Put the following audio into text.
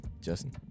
justin